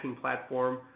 platform